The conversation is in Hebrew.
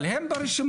אבל הם ברשימה,